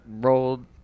Rolled